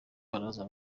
baraza